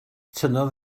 tynnodd